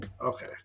okay